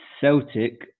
Celtic